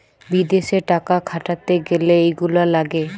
বিদেশে টাকা খাটাতে গ্যালে এইগুলা লাগে